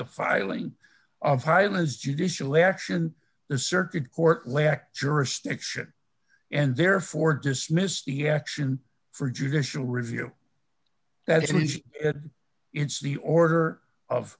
the filing of hylas judicial action the circuit court lacked jurisdiction and therefore dismissed the action for judicial review that is it's the order of